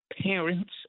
parents